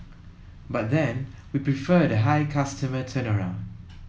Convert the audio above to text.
but then we prefer the high customer turnaround